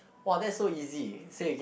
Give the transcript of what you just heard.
!wow! that so easy say again